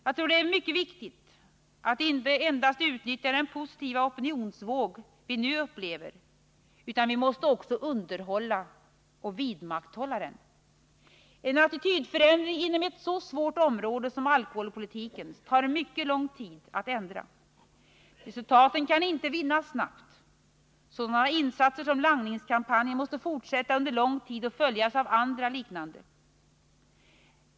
Jag tror att det är viktigt inte endast att utnyttja den positiva opinionsvåg vi nu upplever utan också att underhålla och vidmakthålla den. En attitydförändring inom ett så svårt område som alkoholpolitikens tar mycket lång tid att uppnå. Resultaten kan inte vinnas snabbt. Sådana insatser som langningskampanjen måste fortsätta under lång tid och följas av andra liknande.